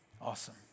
Awesome